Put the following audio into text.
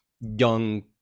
young